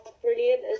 brilliant